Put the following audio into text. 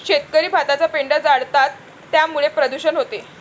शेतकरी भाताचा पेंढा जाळतात त्यामुळे प्रदूषण होते